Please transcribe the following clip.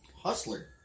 Hustler